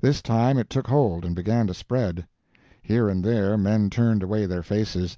this time it took hold and began to spread here and there men turned away their faces.